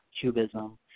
cubism